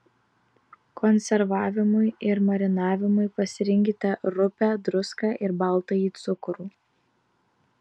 konservavimui ir marinavimui pasirinkite rupią druską ir baltąjį cukrų